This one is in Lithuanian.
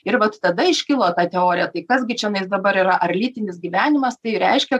ir vat tada iškilo ta teorija tai kas gi čionais dabar yra ar lytinis gyvenimas tai reiškia